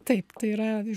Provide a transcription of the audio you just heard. taip tai yra